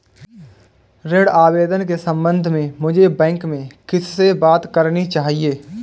ऋण आवेदन के संबंध में मुझे बैंक में किससे बात करनी चाहिए?